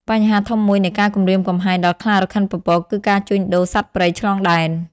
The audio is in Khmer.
បញ្ហាធំមួយនៃការគំរាមកំហែងដល់ខ្លារខិនពពក គឺ ការជួញដូរសត្វព្រៃឆ្លងដែន។